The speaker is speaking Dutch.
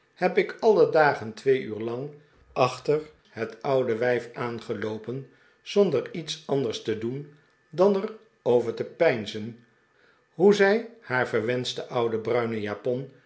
heb ik alle dagen twee uur lang achter het oude wijf aangeloopen zonder iets anders te doen dan er over te peinzen hoe zij haar verwenschte oude bruine japon